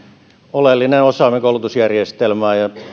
oleellinen osa meidän koulutusjärjestelmäämme ja